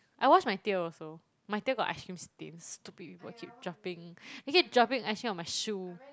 I wash my tail also my tail got ice cream stain stupid people keep dropping they keep dropping ice cream on my shoe